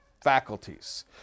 faculties